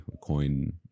coin